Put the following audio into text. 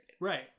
Right